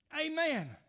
Amen